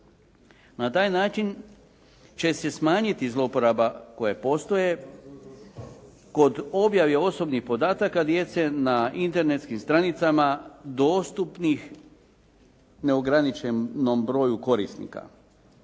Na taj način će se smanjiti zloporaba koje postoje kod objave osobnih podataka djece na internetskim stranicama dostupnih neograničenom broju korisnika.